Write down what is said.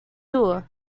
too